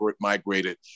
migrated